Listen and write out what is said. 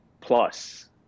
plus